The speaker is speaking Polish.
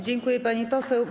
Dziękuję, pani poseł.